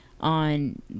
on